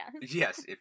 Yes